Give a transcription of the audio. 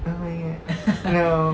oh my god no